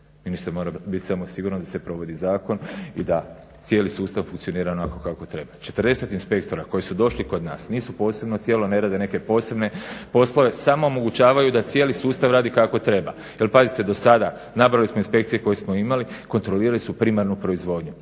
Ministar mora biti samo siguran da se provodi zakon i da cijeli sustav funkcionira onako kako treba. 40 inspektora koji su došli kod nas nisu posebno tijelo, ne rade neke posebne poslove, samo omogućavaju da cijeli sustav radi kako treba. Jer pazite, dosada nabrojali smo inspekcije koje smo imali, kontrolirali su primarnu proizvodnju,